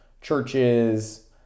churches